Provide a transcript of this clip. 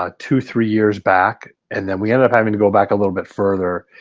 ah two three years back and then we ended up having to go back a little bit further